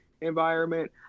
environment